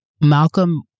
Malcolm